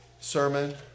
sermon